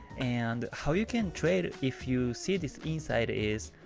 and how you can trade if you see this inside is,